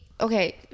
Okay